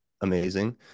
amazing